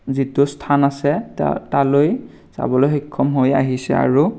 যিটো স্থান আছে তা তালৈ যাবলৈ সক্ষম হৈ আহিছে আৰু